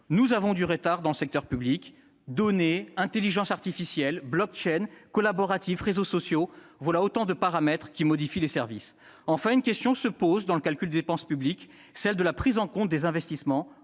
nous avons du retard dans le secteur public. Données, intelligence artificielle, collaboratif, réseaux sociaux : voilà autant de paramètres qui modifient les services. Enfin, une question se pose dans le calcul des dépenses publiques, celle de la prise en compte des investissements